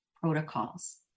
protocols